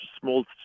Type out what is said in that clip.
small